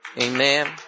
amen